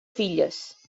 filles